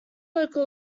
local